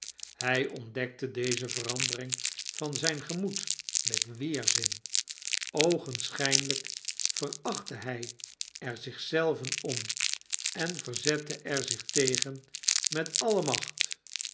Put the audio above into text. hij ontdekte deze verandering van zyn gemoed met weerzin oogenschynlyk verachtte hij er zich zelven om en verzette er zich tegen met alle macht